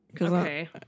Okay